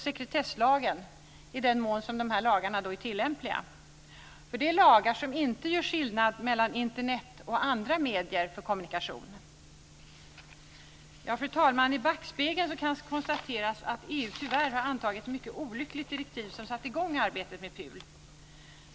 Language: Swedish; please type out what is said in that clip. Sekretesslagen kan också gälla i den mån dessa lagar är tillämpliga. Det är nämligen lagar som inte gör skillnad mellan Internet och andra medier för kommunikation. Fru talman! I backspegeln kan konstateras att EU tyvärr antagit ett mycket olyckligt direktiv som satte i gång arbetet med PUL.